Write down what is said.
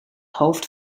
hoofd